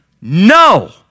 No